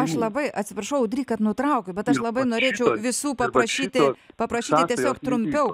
aš labai atsiprašau audry kad nutraukiu bet aš labai norėčiau visų paprašyti paprašyti tiesiog trumpiau